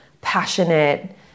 passionate